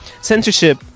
Censorship